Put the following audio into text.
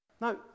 No